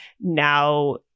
now